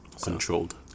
Controlled